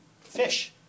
fish